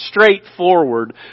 straightforward